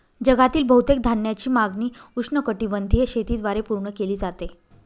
जगातील बहुतेक धान्याची मागणी उष्णकटिबंधीय शेतीद्वारे पूर्ण केली जाते